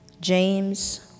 James